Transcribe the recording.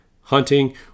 hunting